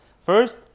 First